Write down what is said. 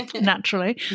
naturally